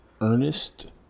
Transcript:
Ernest